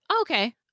okay